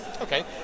Okay